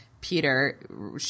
Peter